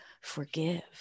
forgive